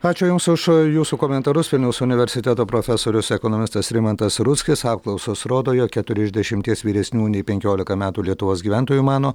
ačiū jums už jūsų komentarus vilniaus universiteto profesorius ekonomistas rimantas rudzkis apklausos rodo jog keturi iš dešimties vyresnių nei penkiolika metų lietuvos gyventojų mano